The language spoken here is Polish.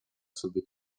sobie